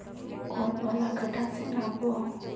कौन वाला कटा से नाप बो?